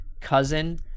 cousin